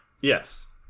Yes